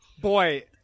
Boy